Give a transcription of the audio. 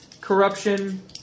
Corruption